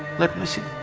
let me see.